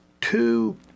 two